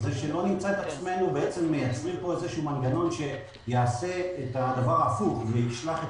שלא נמצא את עצמנו מייצרים מנגנון שיעשה את הדבר ההפוך וישלח את